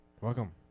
Welcome